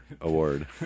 award